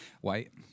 white